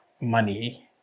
money